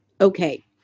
Okay